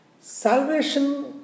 Salvation